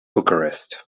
bucharest